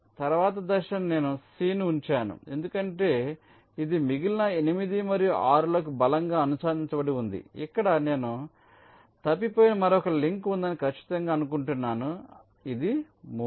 తరువాతి దశ నేను C ని ఉంచాను ఎందుకంటే ఇది మిగిలిన 8 మరియు 6 లకు బలంగా అనుసంధానించబడి ఉంది ఇక్కడ నేను తప్పిపోయిన మరొక లింక్ ఉందని ఖచ్చితంగా అనుకుంటున్నాను ఇది 3